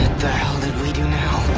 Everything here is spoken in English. the hell did we do now?